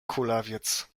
kulawiec